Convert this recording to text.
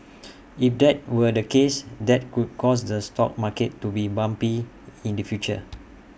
if that were the case that could cause the stock market to be bumpy in the future